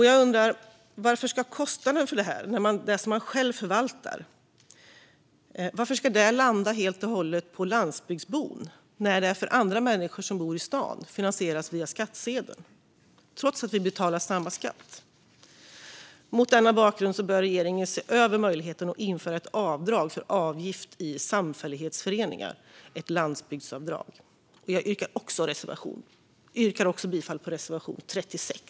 Jag undrar varför kostnaden för sådant som man själv förvaltar ska landa helt och hållet på landsbygdsbon medan den för människor som bor i stan finansieras via skattsedeln. Vi betalar ju samma skatt. Mot den bakgrunden bör regeringen se över möjligheten att införa ett avdrag för avgift till samfällighetsföreningar, ett landsbygdsavdrag. Jag yrkar bifall till reservation 36.